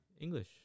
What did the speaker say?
English